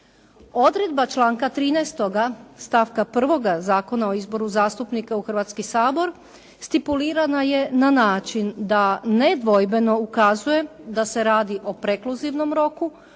Odredba članka 13. stavka 1. Zakona o izboru zastupnika u Hrvatski sabor, stipulirana je na način da nedvojbeno ukazuje da se radi o prekluzivnom roku,